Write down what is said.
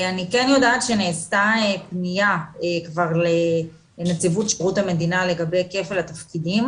אני יודעת שנעשתה פניה כבר לנציבות שירות המדינה לגבי כפל התפקידים